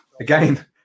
again